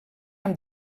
amb